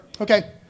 Okay